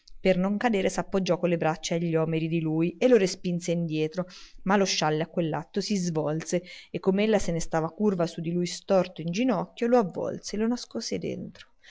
per non cadere s'appoggiò con le braccia a gli omeri di lui e lo respinse indietro ma lo scialle a quell'atto si svolse e com'ella se ne stava curva su lui sorto in ginocchio lo avvolse lo nascose dentro